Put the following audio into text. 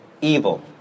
evil